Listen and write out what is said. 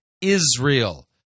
Israel